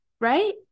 right